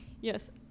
Yes